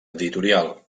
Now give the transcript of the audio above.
editorial